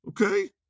okay